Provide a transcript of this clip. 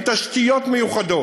והכנת תשתיות מיוחדות,